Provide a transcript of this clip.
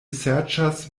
serĉas